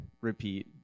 repeat